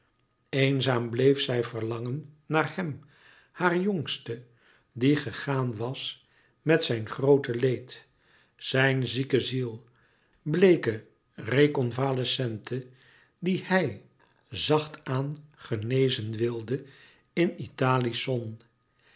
eenzaam bleef zij verlangen naar hem haar jongste die gegaan was met zijn groote leed zijn zieke ziel bleeke reconvalescente die hij zacht aan genezen wilde in italië's zon